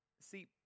See